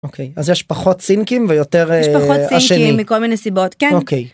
אוקיי אז יש פחות סינקים ויותר אשמים מכל מיני סיבות כן אוקיי.